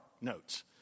notes